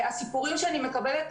הסיפורים האלה,